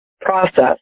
process